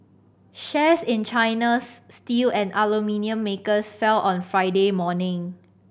shares in China's steel and aluminium makers fell on Friday morning